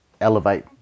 elevate